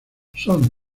son